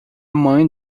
mãe